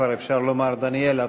כבר אפשר לומר, דניאל עטר.